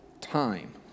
time